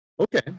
Okay